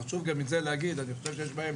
חשוב גם את זה להגיד, אני חושב שיש בהן